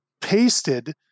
pasted